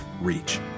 reach